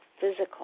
physical